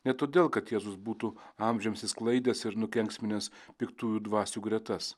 ne todėl kad jėzus būtų amžiams išsklaidęs ir nukenksminęs piktųjų dvasių gretas